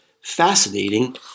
fascinating